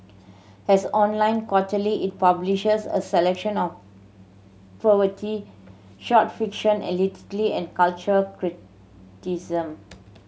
has online quarterly it publishes a selection of short fiction and cultural criticism